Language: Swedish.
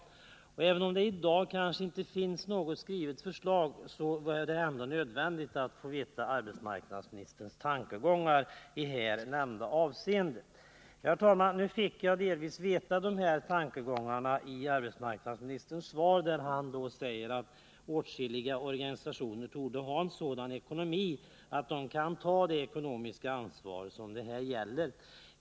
Även om det kanske inte finns något skrivet förslag ännu är det nödvändigt att få veta vilka tankar arbetsmarknadsministern har i här nämnda avseende. Herr talman! Nu fick jag delvis besked härom i arbetsmarknadsministerns svar, där det framhölls att åtskilliga organisationer torde ha en sådan ekonomi att de kan ta det ekonomiska ansvar som det här gäller.